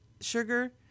sugar